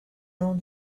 own